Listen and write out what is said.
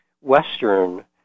Western